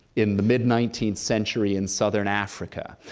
in the mid nineteenth century in southern africa,